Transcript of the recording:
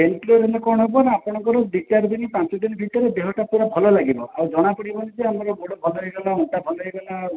pain clear ନେଲେ କଣ ହେବ ନା ଆପଣଙ୍କର ଦୁଇ ଚାରି ଦିନ ପାଞ୍ଚ ଦିନ ଭିତରେ ଦେହ ଟା ପୁରା ଭଲ ଲାଗିବ ଆଉ ଜଣା ପଡ଼ିବନି କି ଆମର ଗୋଡ଼ ଭଲ ହେଇଗଲା ଅଣ୍ଟା ଭଲ ହେଇଗଲା ଆଉ